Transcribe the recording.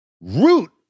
root